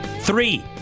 Three